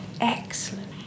excellent